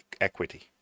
equity